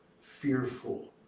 fearful